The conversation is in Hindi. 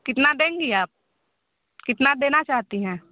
कितना देंगी आप कितना आप देना चाहती हैं